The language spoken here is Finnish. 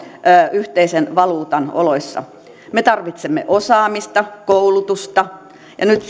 yhteisen valuutan oloissa me tarvitsemme osaamista koulutusta ja nyt